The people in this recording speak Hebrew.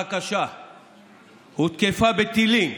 הקשה ביותר בתולדותיה של מדינת ישראל.